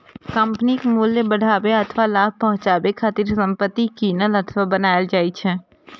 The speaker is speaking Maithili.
कंपनीक मूल्य बढ़ाबै अथवा लाभ पहुंचाबै खातिर संपत्ति कीनल अथवा बनाएल जाइ छै